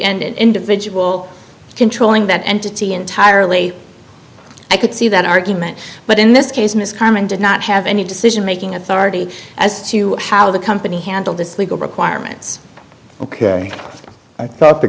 and individual controlling that entity entirely i could see that argument but in this case ms common did not have any decision making authority as to how the company handled this legal requirements ok i thought the